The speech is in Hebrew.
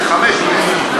5 מטר פלזמה.